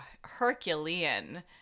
Herculean